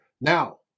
Now